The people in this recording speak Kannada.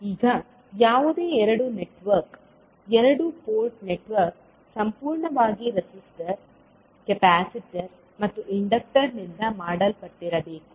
ಈಗ ಯಾವುದೇ ಎರಡು ನೆಟ್ವರ್ಕ್ ಎರಡು ಪೋರ್ಟ್ ನೆಟ್ವರ್ಕ್ ಸಂಪೂರ್ಣವಾಗಿ ರೆಸಿಸ್ಟರ್ ಕೆಪಾಸಿಟರ್ ಮತ್ತು ಇಂಡಕ್ಟರ್ ನಿಂದ ಮಾಡಲ್ಪಟ್ಟಿರಬೇಕು